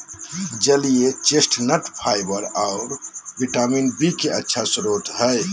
जलीय chestnut fibre आऊ vitamin B के अच्छा स्रोत हइ